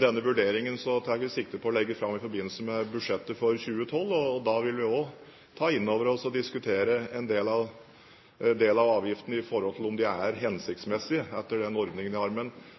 Denne vurderingen tar vi sikte på å legge fram i forbindelse med budsjettet for 2012, og da vil vi også ta inn over oss og diskutere om en del av avgiftene er hensiktsmessige, etter den hensikten de skal tjene. Men så er